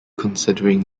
considering